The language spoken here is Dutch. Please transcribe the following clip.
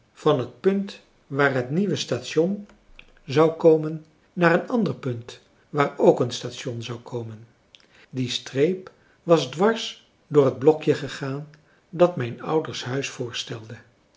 van het punt waar het nieuwe station françois haverschmidt familie en kennissen zou komen naar een ander punt waar ook een station komen zou die streep was dwars door het blokje gegaan dat mijn ouders huis voorstelde